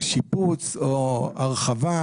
לשיפוץ או הרחבה